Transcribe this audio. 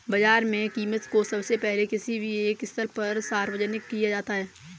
बाजार में कीमत को सबसे पहले किसी भी एक स्थल पर सार्वजनिक किया जाता है